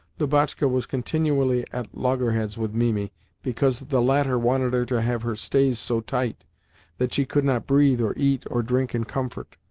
lubotshka was continually at loggerheads with mimi because the latter wanted her to have her stays so tight that she could not breathe or eat or drink in comfort,